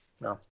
No